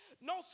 no